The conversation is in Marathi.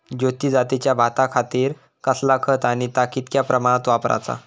ज्योती जातीच्या भाताखातीर कसला खत आणि ता कितक्या प्रमाणात वापराचा?